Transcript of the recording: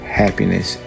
happiness